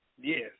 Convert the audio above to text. Yes